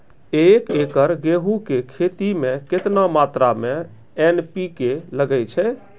एक एकरऽ गेहूँ के खेती मे केतना मात्रा मे एन.पी.के लगे छै?